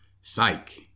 Psych